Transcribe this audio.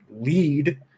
lead